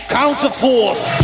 counterforce